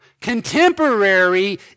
Contemporary